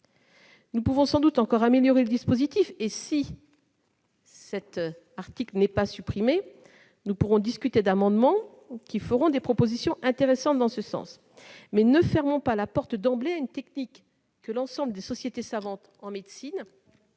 Nous pouvons sans doute encore améliorer le dispositif et, si cet article n'est pas supprimé, nous pourrons examiner des amendements tendant à formuler des propositions intéressantes dans ce sens. Ne fermons pas d'emblée la porte à une technique que l'ensemble des sociétés savantes en médecine